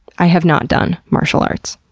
i have not done martial arts.